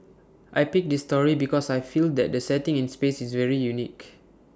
I picked this story because I feel that the setting in space is very unique